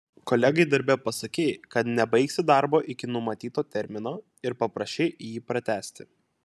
kolegai darbe pasakei kad nebaigsi darbo iki numatyto termino ir paprašei jį pratęsti